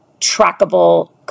trackable